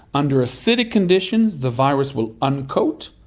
under acidic conditions the virus will uncoat,